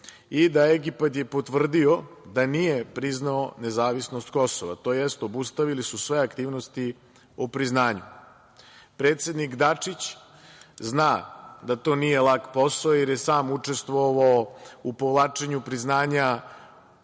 i da je Egipat potvrdio da nije priznao nezavisnost Kosova, tj. obustavili su sve aktivnosti o priznanju. Predsednik Dačić zna da to nije lak posao, jer je i sam učestvovao u povlačenju priznanja